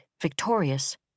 victorious